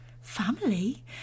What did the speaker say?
family